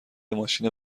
ماشین